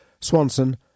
Swanson